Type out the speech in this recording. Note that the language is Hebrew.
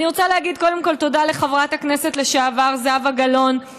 אני רוצה להגיד קודם כול תודה לחברת הכנסת לשעבר זהבה גלאון,